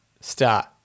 start